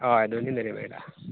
होय दोनूय बरें मेळटा